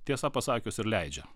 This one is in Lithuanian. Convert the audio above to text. tiesa pasakius ir leidžia